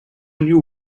new